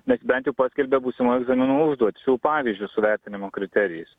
bet bent jau paskelbė būsimų egzaminų užduočių pavyzdžius su vertinimo kriterijais